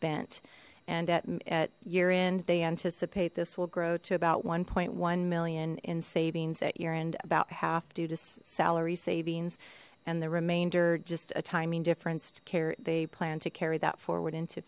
spent and at year end they anticipate this will grow to about one point one million in savings at year end about half due to salary savings and the remainder just a timing difference to care they plan to carry that forward into